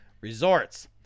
resorts